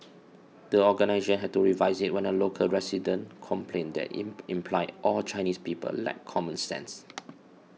the organisation had to revise it when a local resident complained that it in implied all Chinese people lacked common sense